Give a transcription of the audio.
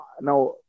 now